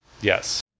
Yes